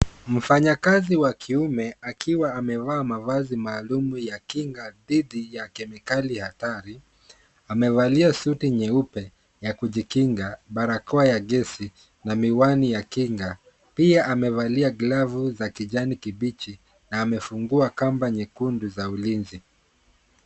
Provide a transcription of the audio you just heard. Mfanyakazi wa kiume akiwa amevaa mavazi maalum ya kinga dhidi ya kemikali hatari. Amevalia suti nyeupe ya kujikinga, barakoa gesi na miwani ya kinga. Pia amevalia glavu za kijani kibichi na amefungua kamba nyekundu za ulinzi.